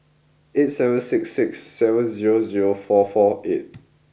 eight seven six six seven zero zero four four eight